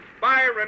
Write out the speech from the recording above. Byron